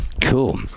Cool